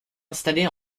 installée